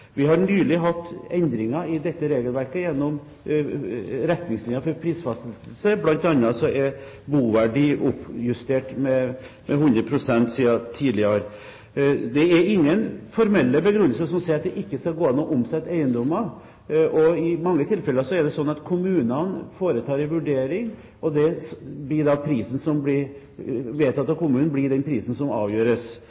Vi har nylig hatt endringer i dette regelverket gjennom retningslinjene for prisfastsettelse, bl.a. er boverdi oppjustert med 100 pst. Det er ingen formelle begrunnelser der det sies at det ikke skal gå an å omsette eiendommer, og i mange tilfeller er det slik at kommunene foretar en vurdering, og prisen som blir vedtatt av kommunen, blir den prisen som